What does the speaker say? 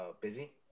busy